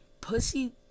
pussy